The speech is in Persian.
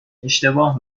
اشتباه